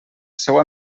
seua